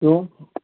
ہل